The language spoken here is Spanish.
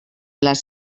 las